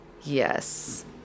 Yes